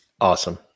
Awesome